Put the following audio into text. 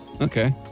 Okay